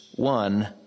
one